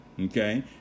okay